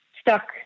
stuck